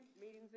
Meetings